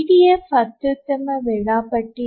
EDF ಅತ್ಯುತ್ತಮ ವೇಳಾಪಟ್ಟಿ